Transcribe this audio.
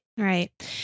Right